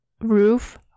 roof